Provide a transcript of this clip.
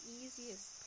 easiest